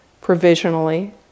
provisionally